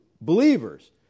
believers